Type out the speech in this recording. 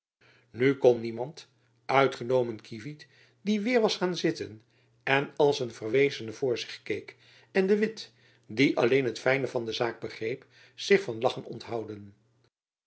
nu kon niemand uitgenomen kievit die weêr was gaan zitten en als een verwezene voor zich keek jacob van lennep elizabeth musch en de witt die alleen het fijne van de zaak begreep zich van lachen onthouden